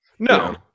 no